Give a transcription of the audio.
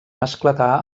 esclatar